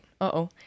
Uh-oh